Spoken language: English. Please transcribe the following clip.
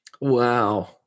Wow